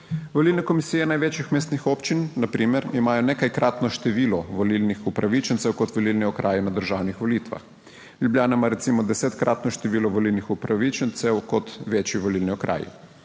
Volilne komisije največjih mestnih občin, na primer, imajo nekajkratno število volilnih upravičencev kot volilni okraji na državnih volitvah. Ljubljana ima recimo desetkratno število volilnih upravičencev kot večji volilni okraji.